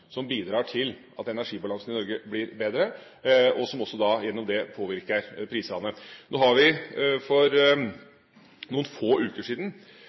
som bidrar til at energibalansen i Norge blir bedre, og som gjennom det påvirker prisene. Nå har vi for noen få uker siden